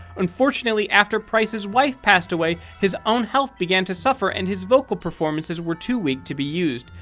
unfortunately, after price's wife passed away, his own health began to suffer and his vocal performances were too weak to be used.